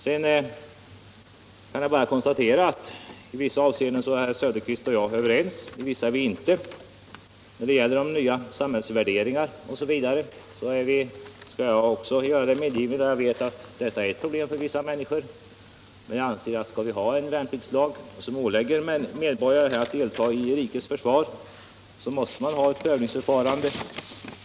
Sedan kan jag bara konstatera att i vissa avseenden är herr Söderqvist och jag överens, i vissa är vi det inte. Jag medger att de nya samhällsvärderingarna är ett problem för en del människor, men jag anser att om vi skall ha en värnpliktslag som ålägger medborgarna att delta i rikets försvar måste vi ha prövningsförfarande.